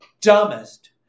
dumbest